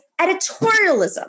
editorialism